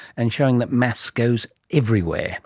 and showing that maths goes everywhere